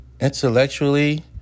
intellectually